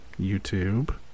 YouTube